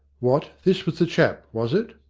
what, this was the chap, was it?